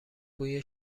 بوی